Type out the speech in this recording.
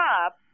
up